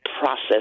process